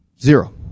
Zero